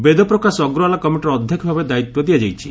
ବେଦପ୍ରକାଶ ଅଗ୍ରଓ୍ୱାଲ କମିଟିର ଅଧ୍ୟକ୍ଷ ଭାବେ ଦାୟିତ୍ୱ ଦିଆଯାଇଛି